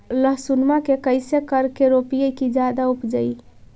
लहसूनमा के कैसे करके रोपीय की जादा उपजई?